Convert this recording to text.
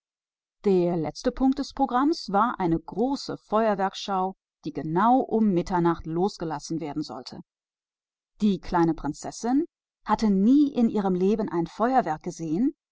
die letzte nummer auf dem programm war ein großes feuerwerk das punkt mitternacht abgebrannt werden sollte die kleine prinzessin hatte noch nie in ihrem leben ein feuerwerk gesehen